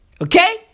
Okay